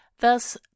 thus